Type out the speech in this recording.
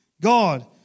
God